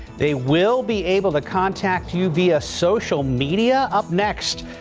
they will be able to contact you via social media up next.